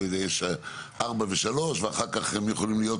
יש ארבע ושלוש ואחר כך הם יכולים להיות